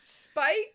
Spike